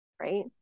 right